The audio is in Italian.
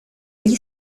gli